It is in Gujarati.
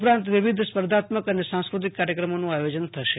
ઉપરાંત વિવિધ સાહસિકસ્પર્ધાત્મક અને સાંસ્કૃતિક કાર્યક્રમોનું આયોજન થશે